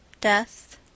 Death